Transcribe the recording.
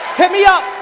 hit me up,